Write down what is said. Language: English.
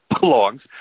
belongs